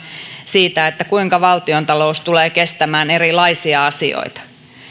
siitä kuinka valtiontalous tulee kestämään erilaisia asioita